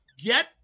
get